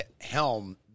helm